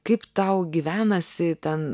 kaip tau gyvenasi ten